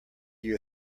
your